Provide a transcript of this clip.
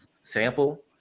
sample